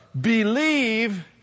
Believe